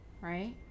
right